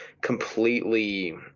completely